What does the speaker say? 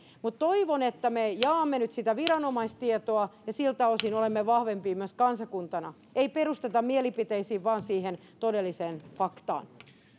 toivon että me jaamme nyt sitä viranomaistietoa ja siltä osin olemme vahvempia myös kansakuntana ei perusteta mielipiteisiin vaan siihen todelliseen faktaan